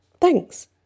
Thanks